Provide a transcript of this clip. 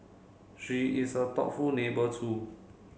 she is a thoughtful neighbour too